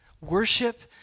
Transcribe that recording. worship